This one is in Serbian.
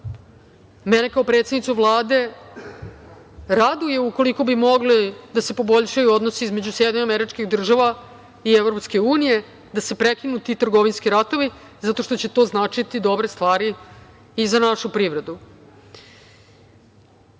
Mene kao predsednicu Vlade raduje ukoliko bi mogli da se poboljšaju odnosi između SAD i EU, da se prekinu ti trgovinski ratovi, zato što će to značiti dobre stvari i za našu privredu. Kada